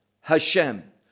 Hashem